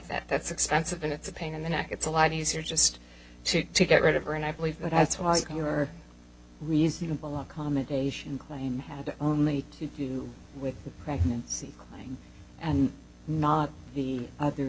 that that's expensive and it's a pain in the neck it's a lot easier just to get rid of her and i believe that's why you were reasonable accommodation claim had only to do with the pregnancy and not the other